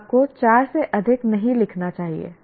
आपको चार से अधिक नहीं लिखना चाहिए